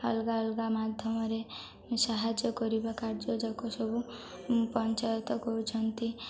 ଅଲଗା ଅଲଗା ମାଧ୍ୟମରେ ସାହାଯ୍ୟ କରିବା କାର୍ଯ୍ୟଯାକ ସବୁ ପଞ୍ଚାୟତ କରୁଛନ୍ତି